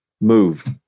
moved